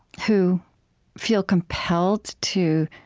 who feel compelled to,